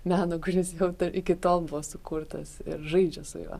meno kuris jau iki tol buvo sukurtas ir žaidžia su juo